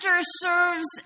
serves